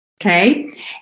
okay